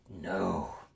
No